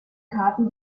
karten